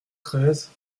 treize